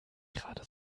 gerade